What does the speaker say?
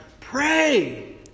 Pray